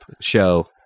show